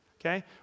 Okay